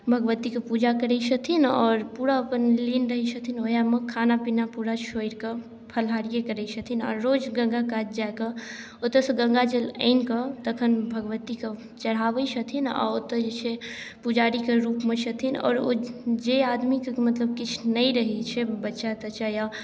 भगवतीके पूजा करै छथिन आओर आओर पूरा अपन लीन रहै छथिन वएहमे खाना पीना पूरा छोड़िके फलाहारिये करै छथिन आओर रोज गंगा कात जा कऽ ओतऽ सँ गंगा जल आनिके तखन भगवतीके चढ़ाबै छथिन आओर ओतऽ जे छै पुजारीके रूपमे छथिन आओर ओ जे आदमी मतलब किछु नहि रहै छै बच्चा तच्चा या